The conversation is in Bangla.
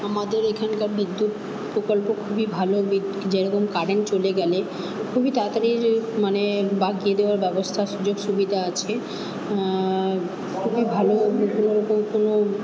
আমাদের এখানকার বিদ্যুৎ প্রকল্প খুবই ভালো বিদ্যুৎ যেরকম কারেন্ট চলে গেলে খুবই তাড়াতাড়ি মানে বাগিয়ে দেওয়ার ব্যবস্থা সুযোগ সুবিধা আছে খুবই ভালো রকম কোনো